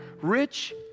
rich